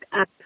up